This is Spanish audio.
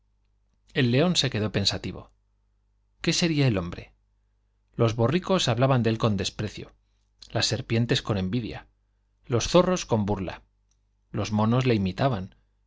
el león se quedó pensativo qué sería el hombre las los borricos hablaban de él con desprecio ser zorros con burla los monos pientes con envidia los le le imitaban